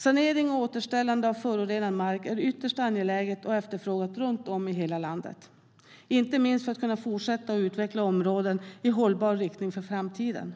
Sanering och återställande av förorenad mark är något ytterst angeläget och efterfrågat runt om i hela landet, inte minst för att kunna fortsätta att utveckla områden i hållbar riktning för framtiden.